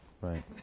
Right